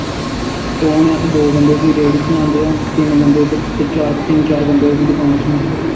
दो हून दो बंदे ओह्दे रेह्ड़ी चलांदे ऐ तिन्न चार बंदे ओह्दी दकान चलांदे ऐ